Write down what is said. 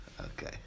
okay